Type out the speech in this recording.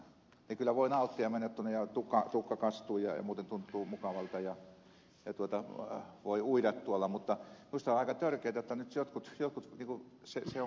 he kyllä voivat nauttia ja mennä tuonne ja tukka kastuu ja muuten tuntuu mukavalta ja voi uida tuolla mutta minusta on aika törkeätä että se on nyt kapitalisoitu ja että jotkut firmat ovat voineet saada omistukseensa sen veden ja nauttivat siitä voitosta